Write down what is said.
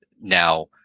Now